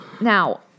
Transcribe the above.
Now